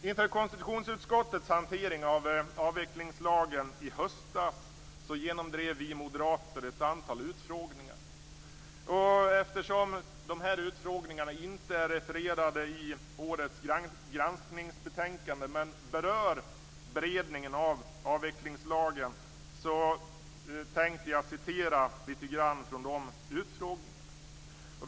Inför konstitutionsutskottets hantering av avvecklingslagen i höstas genomdrev vi moderater ett antal utfrågningar. Eftersom dessa utfrågningar inte är refererade i årets granskningsbetänkande men berör beredningen av avvecklingslagen, tänker jag citera en del från dessa utfrågningar.